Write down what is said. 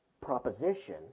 proposition